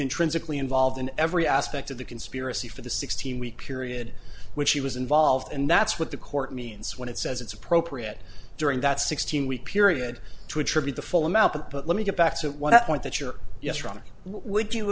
intrinsically involved in every aspect of the conspiracy for the sixteen week period which he was involved and that's what the court means when it says it's appropriate during that sixteen week period to attribute the full amount but let me get back to it when i point that your yes rahni what would you